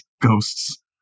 ghosts